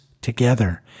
together